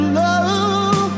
love